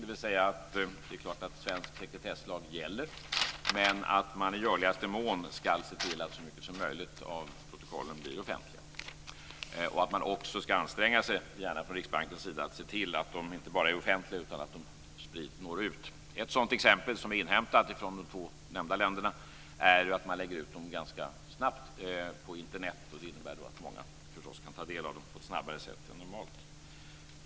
Det är klart att svensk sekretesslag gäller men i görligaste mån skall man se till att så mycket som möjligt av protokollen blir offentligt. Vidare skall man, gärna från Riksbankens sida, anstränga sig och se till inte bara att protokollen är offentliga utan också att de når ut. Ett exempel, hämtat från de båda nämnda länderna, är att protokollen ganska snabbt läggs ut på Internet. Det innebär att många snabbare än normalt kan ta del av protokollen.